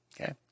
Okay